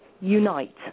unite